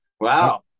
Wow